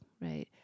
right